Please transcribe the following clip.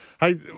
Hey